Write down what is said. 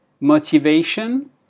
motivation